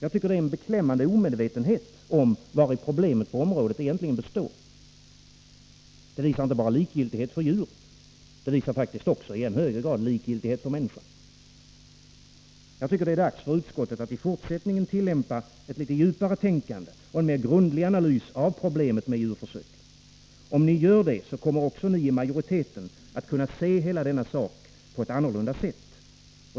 Jag tycker det visar en beklämmande omedvetenhet om vari problemet på området ligger. Det visar inte bara likgiltighet för djuren. Det visar i än högre grad likgiltighet för människan. Det är dags för utskottet att i fortsättningen tillämpa ett djupare tänkande i dessa frågor och att göra en mer grundlig analys av problemet med djurförsöken. Om ni gör det, kommer också ni i majoriteten att se hela denna sak på ett annat sätt.